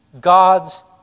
God's